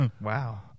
Wow